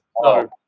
no